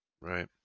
Right